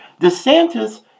DeSantis